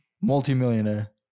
Multimillionaire